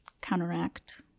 counteract